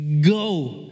Go